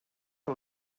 que